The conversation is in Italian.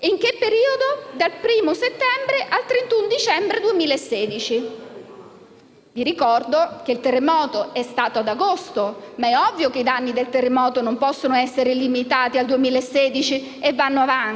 Dal 1° settembre al 31 dicembre 2016. Vi ricordo che il terremoto è avvenuto ad agosto ma è ovvio che i danni del terremoto non possono essere limitati al 2016 e vanno avanti.